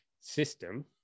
system